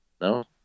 No